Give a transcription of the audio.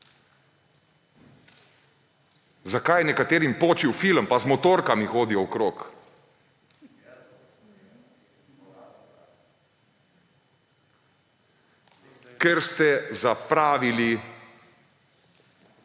zakaj je nekaterim počil film pa z motorkami hodijo okrog. Ker ste zapravili